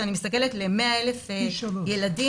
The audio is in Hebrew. כשאני מסתכלת על 100,000 ילדים,